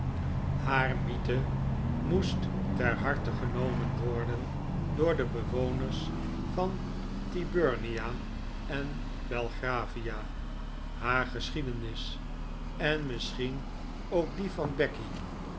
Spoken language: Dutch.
haar mythe moest ter harte genomen worden door de bewoners van tyburnia en belgravia haar geschiedenis en misschien ook die van becky